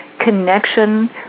connection